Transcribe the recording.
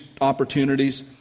opportunities